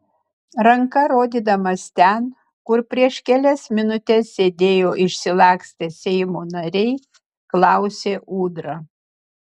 ranka rodydamas ten kur prieš kelias minutes sėdėjo išsilakstę seimo nariai klausė ūdra